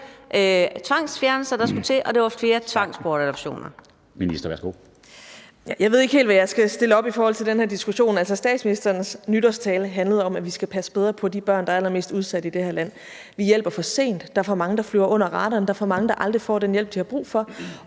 Ministeren, værsgo. Kl. 13:27 Social- og indenrigsministeren (Astrid Krag): Jeg ved ikke helt, hvad jeg skal stille op i forhold til den her diskussion. Statsministerens nytårstale handlede om, at vi skal passe bedre på de børn, der er allermest udsatte i det her land. Vi hjælper for sent, der er for mange, der flyver under radaren, der er for mange, der aldrig får den hjælp, de har brug for,